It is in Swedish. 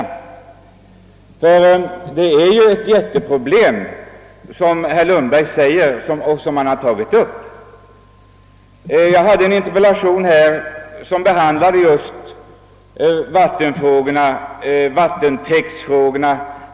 Det är ju ett jätteproblem som herr Lundberg har tagit upp. Jag framställde i höstas en interpellation som behandlade just vattentäktsfrågorna.